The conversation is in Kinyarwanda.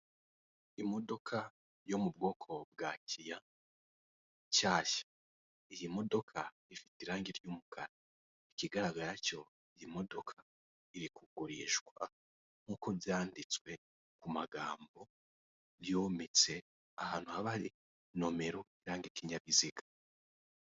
Imodoka yo mu bwoko bwa kiya nshyashya, iyi modoka ifite irangi ry'umukara, ikigaragara cyo iyi modoka iri kugurishwa nk'uko byanditswe ku magambo yometse ahantu haba hari nomero iranga ikinyabiziga.